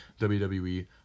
wwe